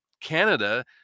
Canada